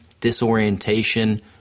disorientation